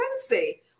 sensei